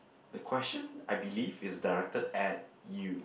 the question I believe is directed at you